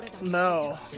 No